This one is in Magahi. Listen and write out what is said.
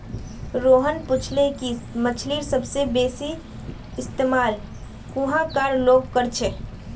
रोहन पूछले कि मछ्लीर सबसे बेसि इस्तमाल कुहाँ कार लोग कर छे